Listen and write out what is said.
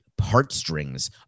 heartstrings